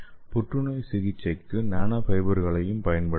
புற்றுநோய் சிகிச்சைக்கு நானோ ஃபைபர்களையும் பயன்படுத்தலாம்